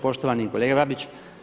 Poštovani kolega Babić.